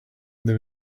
they